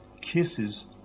kisses